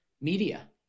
media